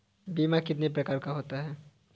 बीमा कितने प्रकार का होता है?